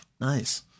Nice